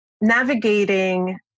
navigating